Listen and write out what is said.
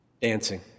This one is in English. dancing